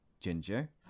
Ginger